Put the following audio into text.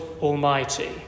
Almighty